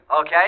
Okay